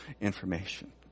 information